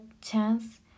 chance